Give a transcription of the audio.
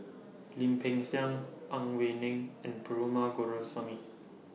Lim Peng Siang Ang Wei Neng and Perumal